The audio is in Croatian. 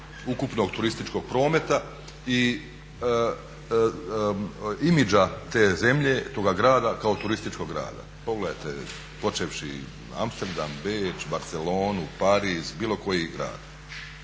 ukupnog turističkog prometa i imidža te zemlje, toga grada kao turističkog grada. Pogledajte počevši Amsterdam, Beč, Barcelonu, Pariz bilo koji grad.